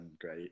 great